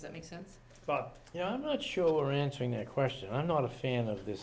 that makes sense but you know i'm not sure answering a question i'm not a fan of this